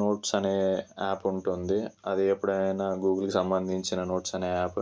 notes అనే app ఉంటుంది అదెప్పుడైనా గూగుల్ కి సంబంధించిన నోట్స్ అనే యాప్